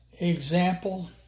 example